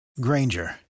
granger